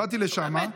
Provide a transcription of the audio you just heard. באתי לשם,